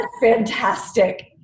fantastic